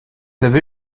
avez